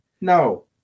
No